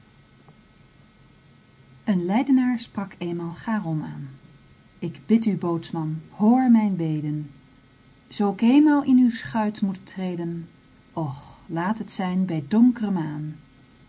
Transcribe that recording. een leidenaar sprak eenmaal charon aan ik bid u bootsman hoor mijn beden zoo k eenmaal in uw schuit moet treden och laat het zijn bij